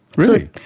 really?